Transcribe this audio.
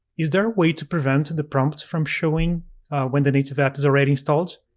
is there a way to prevent the prompts from showing when the native app is already installed?